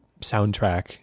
soundtrack